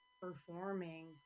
performing